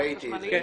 ראיתי את זה.